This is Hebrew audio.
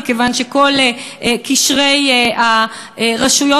מכיוון שכל קשרי הרשויות,